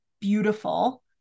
beautiful